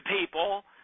people